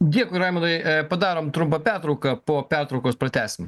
dėkui raimundai padarom trumpą pertrauką po pertraukos pratęsim